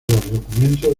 documentos